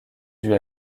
due